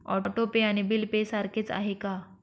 Auto pay आणि bill pay सारखेच आहे का?